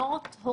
את זה לא ביקשנו.